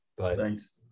Thanks